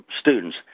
students